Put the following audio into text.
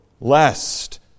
lest